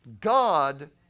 God